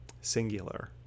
singular